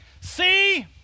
see